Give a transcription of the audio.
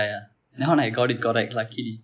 ya ya that one I got it correct luckily